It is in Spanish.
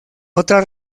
otra